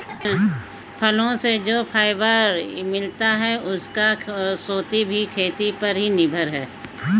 फलो से जो फाइबर मिलता है, उसका स्रोत भी खेती पर ही निर्भर है